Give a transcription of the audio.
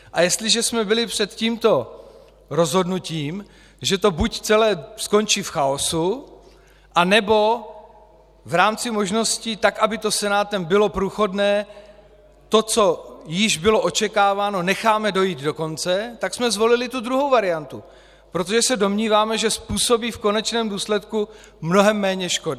A jestliže jsme byli před tímto rozhodnutím, že to buď celé skončí v chaosu, anebo v rámci možností tak, aby to Senátem bylo průchodné, to, co již bylo očekáváno, necháme dojít do konce, tak jsme zvolili druhou variantu, protože se domníváme, že způsobí v konečném důsledku mnohem méně škody.